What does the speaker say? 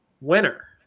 winner